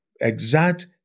Exact